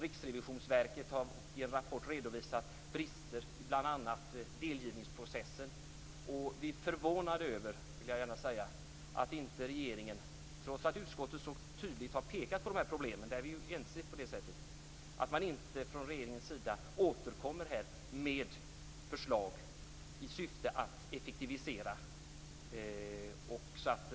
Riksrevisionsverket har i en rapport redovisat brister i bl.a. delgivningsprocessen. Vi är förvånade över, det vill jag gärna säga, att inte regeringen trots att utskottet så tydligt har pekat på de här problemen, där är vi ju ense på det sättet, återkommer med förslag i syfte att effektivisera så att